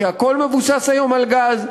כי הכול מבוסס היום על גז.